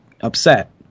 upset